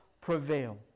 prevail